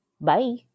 Bye